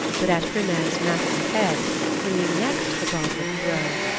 but at hrymer's massy head when you next the goblet throw,